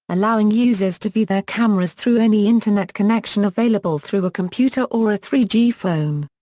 allowing users to view their cameras through any internet connection available through a computer or a three g phone.